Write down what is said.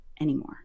Anymore